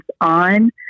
on